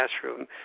classroom